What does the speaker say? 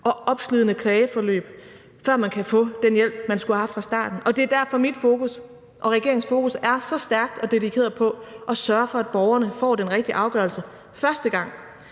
opslidende klageforløb, før man kan få den hjælp, man skulle have haft fra starten. Det er derfor, regeringen og jeg har så stærkt fokus på og er så dedikerede i forhold til at sørge for, at borgerne får den rigtige afgørelse første gang,